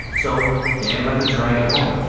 so dad let me drag it home,